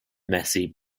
messy